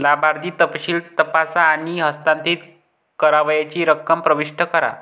लाभार्थी तपशील तपासा आणि हस्तांतरित करावयाची रक्कम प्रविष्ट करा